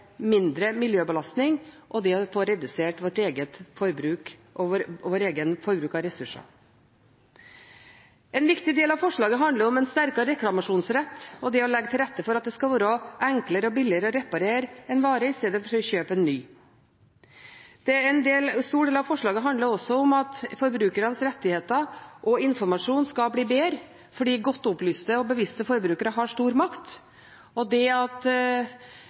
mindre miljøbelastning og redusere vårt eget forbruk av ressurser. En viktig del av forslaget handler om en sterkere reklamasjonsrett og det å legge til rette for at det skal være enklere og billigere å reparere en vare istedenfor å kjøpe en ny. En stor del av forslaget handler også om at forbrukernes rettigheter og informasjon skal bli bedre fordi godt opplyste og bevisste forbrukere har stor makt. Det at